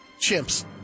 Chimps